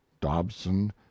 Dobson